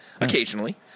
occasionally